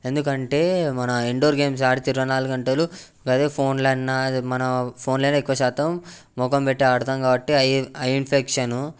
ఎందుకంటే మన indoor games ఆడితే ఇరవై నాలుగు గంటలు అదే ఫోన్లో అన్న మనం ఫోన్ లో ఎక్కువ శాతం మఖం పెట్టి ఆడతాం కాబట్టి ఐ ఇన్ఫెక్షన్